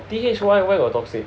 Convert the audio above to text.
T_H why why got toxic